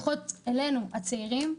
לפחות כלפינו הצעירים.